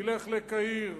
ילך לקהיר.